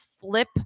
flip